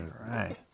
Right